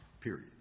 Period